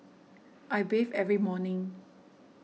I bathe every morning